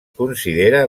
considera